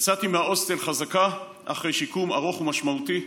יצאתי מההוסטל חזקה אחרי שיקום ארוך ומשמעותי,